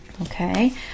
okay